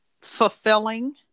Fulfilling